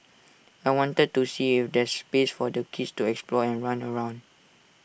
I wanted to see if there's space for the kids to explore and run around